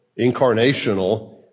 incarnational